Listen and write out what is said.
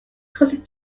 cousin